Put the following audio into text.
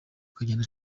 akagenda